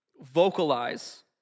Vocalize